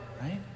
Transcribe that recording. right